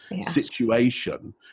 situation